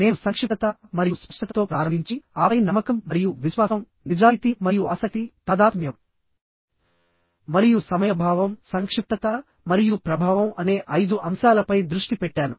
నేను సంక్షిప్తత మరియు స్పష్టతతో ప్రారంభించిఆపై నమ్మకం మరియు విశ్వాసంనిజాయితీ మరియు ఆసక్తితాదాత్మ్యం మరియు సమయ భావం సంక్షిప్తత మరియు ప్రభావం అనే ఐదు అంశాలపై దృష్టి పెట్టాను